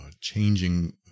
changing